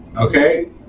okay